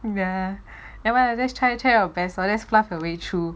ya nevermind you just try try your best just bluff your way through